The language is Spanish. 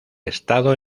estado